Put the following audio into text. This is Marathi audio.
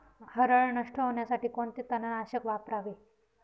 हरळ नष्ट होण्यासाठी कोणते तणनाशक वापरावे?